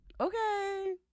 okay